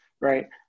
right